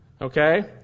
okay